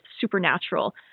supernatural